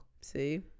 See